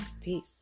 peace